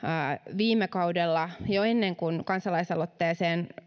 viime kaudella jo ennen kuin kansalaisaloitteeseen